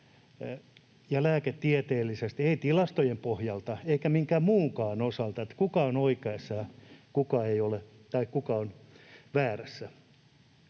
lääketieteellisesti tai tilastojen pohjalta enkä minkään muunkaan osalta, kuka on oikeassa ja kuka on väärässä.